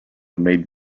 made